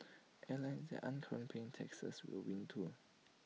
airlines that aren't currently paying taxes will win too